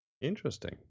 Interesting